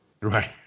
right